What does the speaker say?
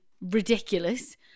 ridiculous